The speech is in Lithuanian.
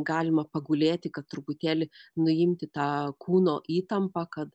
galima pagulėti kad truputėlį nuimti tą kūno įtampą kad